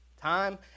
Time